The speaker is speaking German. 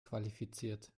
qualifiziert